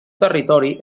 territori